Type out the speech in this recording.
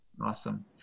Awesome